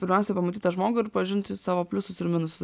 pirmiausia pamatyt tą žmogų ir pažinti savo pliusus ir minusus